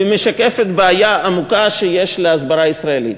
ומשקפת בעיה עמוקה שיש להסברה הישראלית.